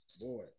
boy